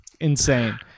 insane